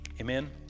Amen